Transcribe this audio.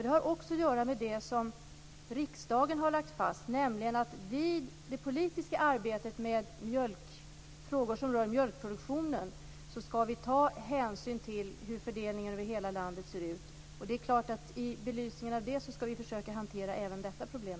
Det har också att göra med det som riksdagen har lagt fast, nämligen att vi i det politiska arbetet med frågor om rör mjölkproduktionen skall ta hänsyn till hur fördelningen över hela landet ser ut. Det är klart att i belysningen av det skall vi försöka hantera även detta problem.